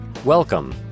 Welcome